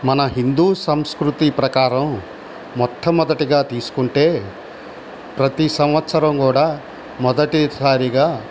మన హిందూ సంస్కృతి ప్రకారం మొట్టమొదటిగా తీసుకుంటే ప్రతీ సంవత్సరం కూడా మొదటిసారిగా